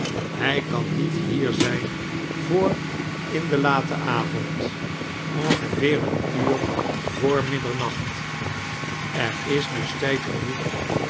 hij kan niet hier zijn voor in den laten avond ongeveer een uur voor middarnacht er is dus tijd genoeg